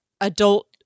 adult